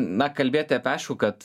na kalbėti apie aišku kad